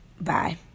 Bye